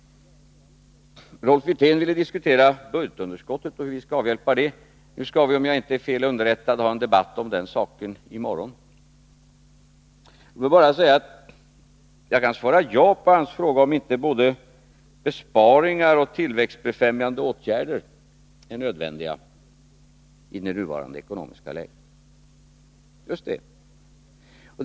Rolf Wirtén ville diskutera budgetunderskottet och hur vi skall avhjälpa det. Nu skall vi, om jag inte är fel underrättad, ha en debatt om det i morgon. Låt mig bara säga att jag kan svara ja på hans fråga om inte både besparingar och tillväxtbefrämjande åtgärder är nödvändiga i nuvarande ekonomiska läge. Just det.